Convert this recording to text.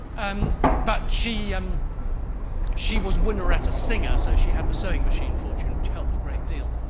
um but she um she was winnaretta singer, so she had the sewing machine fortune which helped a great deal.